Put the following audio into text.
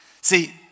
See